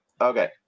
Okay